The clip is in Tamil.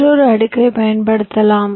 மற்றொரு அடுக்கைப் பயன்படுத்தலாம்